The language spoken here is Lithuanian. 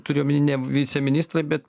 turiu omeny ne viceministrą bet